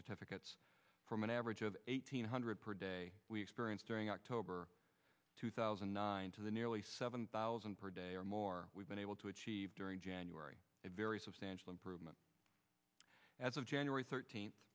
certificates from an average of eight hundred per day we experienced during october two thousand and nine to the nearly seven thousand per day or more we've been able to achieve during january a very substantial improvement as of january thirteenth